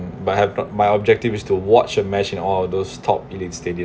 my ob~ my objective is to watch the match in all those top elite stadium